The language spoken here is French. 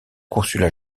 consulat